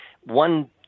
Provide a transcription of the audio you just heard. one